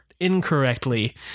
incorrectly